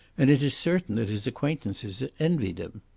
and it is certain that his acquaintances envied him.